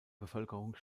bevölkerung